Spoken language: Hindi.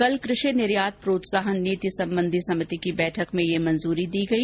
कल कृषि निर्यात प्रोत्साहन नीति संबंधी समिति की बैठक में ये मंजूरी दी गई